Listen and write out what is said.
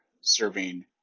serving